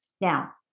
Now